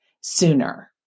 sooner